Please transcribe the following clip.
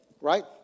right